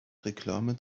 reklame